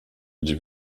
gdzie